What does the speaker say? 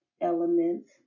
elements